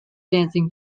dancing